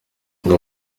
aba